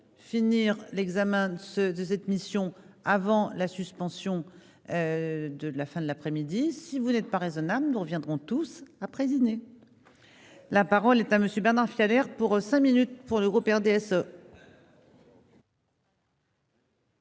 finir l'examen de ce de cette mission avant la suspension de de la fin de l'après-midi, si vous n'êtes pas raisonnable, nous reviendrons tous a présidé la parole est à monsieur Bernard d'air pour cinq minutes pour le groupe RDSE.